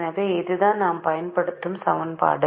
எனவே இதுதான் நாம் பயன்படுத்தும் சமன்பாடு